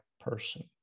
person